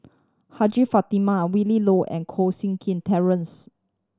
Fatimah Willin Low and Koh Seng Kin Terence